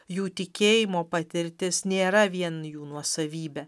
jų tikėjimo patirtis nėra vien jų nuosavybė